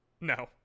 No